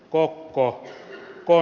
o o o